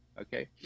Okay